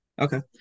Okay